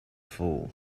fool